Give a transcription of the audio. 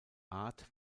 art